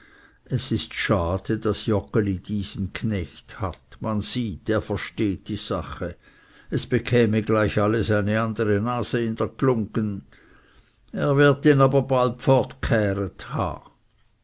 es ist schade daß joggeli diesen knecht hat man sieht er versteht die sache es bekäme gleich alles eine andere nase in der glungge er wird ihn aber bald